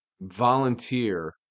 volunteer